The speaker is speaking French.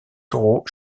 taureaux